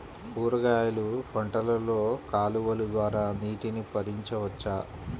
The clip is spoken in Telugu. కూరగాయలు పంటలలో కాలువలు ద్వారా నీటిని పరించవచ్చా?